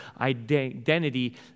identity